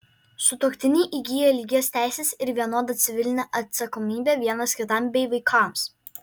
sutuoktiniai įgyja lygias teises ir vienodą civilinę atsakomybę vienas kitam bei vaikams